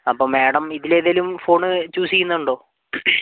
അപ്പം മാഡം ഇതിൽ ഏതെങ്കിലും ഫോൺ ചൂസ് ചെയ്യുന്നുണ്ടോ